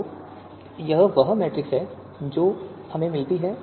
तो यह वह मैट्रिक्स है जो हमें मिलता है